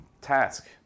task